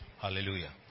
Hallelujah